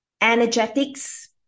energetics